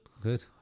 Good